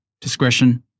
Discretion